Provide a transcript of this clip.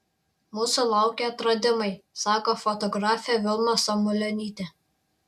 mūsų laukia atradimai sako fotografė vilma samulionytė